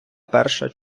перша